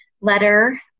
letter